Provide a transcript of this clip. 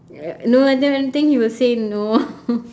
uh no I didn't even think he would say no